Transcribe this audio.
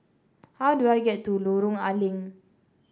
how do I get to Lorong A Leng